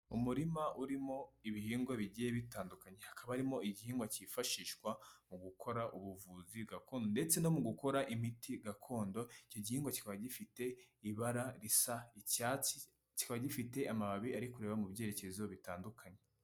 Umurima urimo ibihingwa bigiye bitandukanye, hakaba harimo igihingwa cyifashishwa mu gukora ubuvuzi gakondo ndetse no mu gukora imiti gakondo, iki gihingwa kiba gifite ibara risa icyatsi, kikaba gifite amababi ari kureba mu byerekezo bitandukanye.